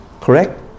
Correct